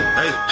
hey